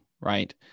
right